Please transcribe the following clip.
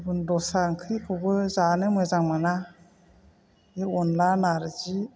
गुबुन दस्रा ओंख्रिखौबो जानो मोजां मोना बे अनला नार्जि